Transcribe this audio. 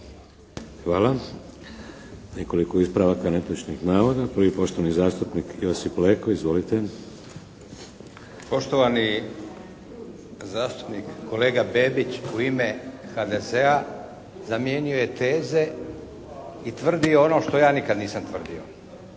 Hvala. Nekoliko ispravaka netočnih navoda. Prvi je poštovani zastupnik Josip Leko. Izvolite. **Leko, Josip (SDP)** Poštovani zastupnik, kolega Bebić, u ime HDZ-a zamijenio je teze i tvrdi ono što ja nikad nisam tvrdio.